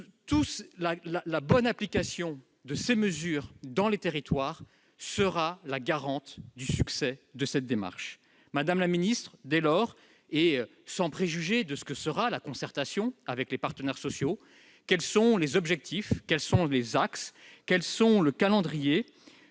la bonne application de ces mesures dans les territoires sera la garantie du succès de cette démarche. Dès lors, madame la ministre, et sans préjuger ce que sera la concertation avec les partenaires sociaux, quels sont les objectifs, les axes, le calendrier